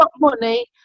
money